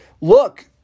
look